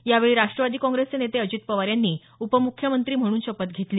यावेळी राष्टवादी काँग्रेसचे नेते अजित पवार यांनी उपम्ख्यमंत्री म्हणून शपथ घेतली